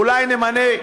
אולי נמנה,